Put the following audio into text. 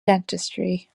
dentistry